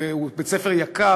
הוא בית-ספר יקר,